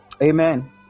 amen